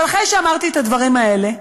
אבל אחרי שאמרתי את הדברים האלה,